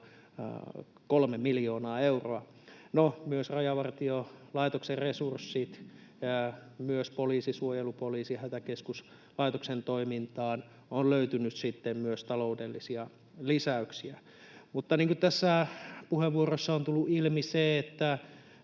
kolme miljoonaa euroa. No, myös Rajavartiolaitoksen resurssit, ja myös poliisin, suojelupoliisin ja Hätäkeskuslaitoksen toimintaan on löytynyt taloudellisia lisäyksiä. Niin kuin tässä puheenvuoroissa on tullut ilmi, tässä